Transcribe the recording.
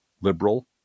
liberal